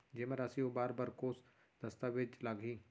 जेमा राशि उबार बर कोस दस्तावेज़ लागही?